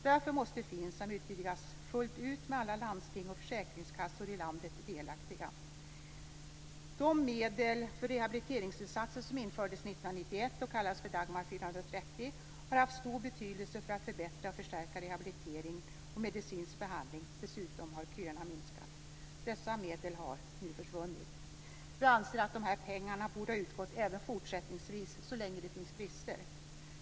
Därför måste FINSAM utvidgas fullt ut, med alla landsting och försäkringskassor i landet delaktiga. De medel för rehabiliteringsinsatser som infördes 1991 och kallades för Dagmar 430 har haft stor betydelse för att förbättra och förstärka rehabilitering och medicinsk behandling. Dessutom har köerna minskat. Dessa medel har nu försvunnit. Vi anser att de här pengarna borde ha utgått även fortsättningsvis, så länge det finns brister.